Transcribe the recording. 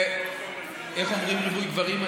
ואיך אומרים ריבוי גברים?